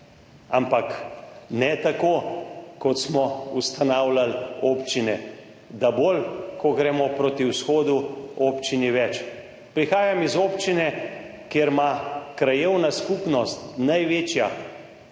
ampak ne tako, kot smo ustanavljali občine, da bolj, kot gremo proti vzhodu, je občin več. Prihajam iz občine, kjer ima največja krajevna skupnost desetkrat